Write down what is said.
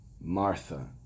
Martha